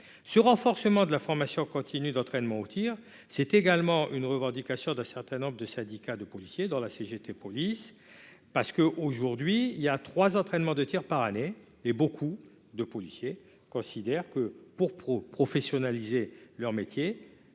Le renforcement de la formation continue d'entraînement au tir est également une revendication d'un certain nombre de syndicats de policiers, notamment la CGT Police. Aujourd'hui, trois entraînements de tir par an sont prévus et de nombreux policiers considèrent que, pour professionnaliser leur métier